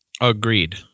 Agreed